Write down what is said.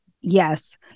Yes